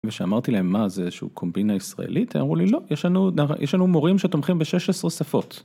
ושאמרתי להם מה זה איזשהו קומבינה ישראלית הם אמרו לי לא. יש לנו נר.. יש לנו מורים שתומכים ב16 שפות.